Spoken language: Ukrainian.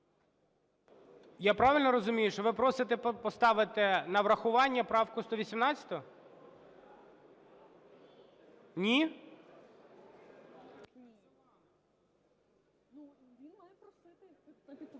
Я правильно розумію, що ви просите поставити на врахування правку 118? Ні?